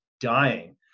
dying